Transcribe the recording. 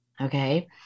Okay